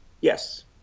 Yes